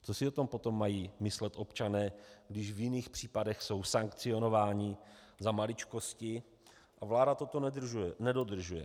Co si o tom potom mají myslet občané, když v jiných případech jsou sankcionováni za maličkosti a vláda toto nedodržuje?